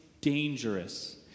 dangerous